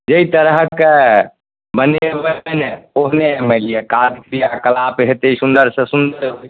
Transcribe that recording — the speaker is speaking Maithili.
जाहि तरहक बनेबै ने ओहने मानि लिअ कार्य क्रियाकलाप हेतै सुन्दर से सुन्दर